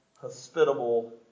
hospitable